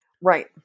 Right